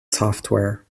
software